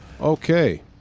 Okay